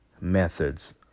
methods